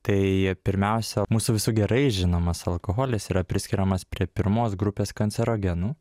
tai pirmiausia mūsų visų gerai žinomas alkoholis yra priskiriamas prie pirmos grupės kancerogenų